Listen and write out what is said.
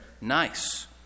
nice